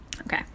Okay